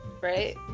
Right